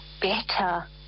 better